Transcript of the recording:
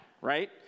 right